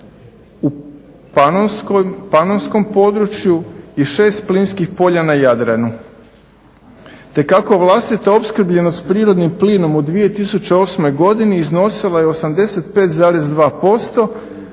u Panonskom području i 6 plinskih polja na Jadranu, te kako vlastita opskrbljenost prirodnim plinom u 2008. godini iznosila je 85,2%